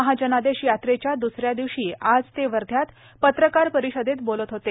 महाजनादेश यात्रेच्या दुसऱ्या दिवशी आज ते वर्ध्यात पत्रकार परिषदेत बोलत होते